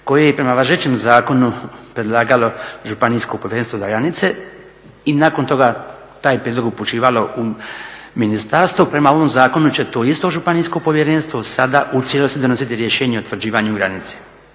koji je prema važećem zakonu predlagalo Županijsko povjerenstvo za granice i nakon toga taj prijedlog upućivalo u ministarstvo. Prema ovom zakonu će to isto županijsko povjerenstvo sada u cijelosti donositi rješenje o utvrđivanju granice.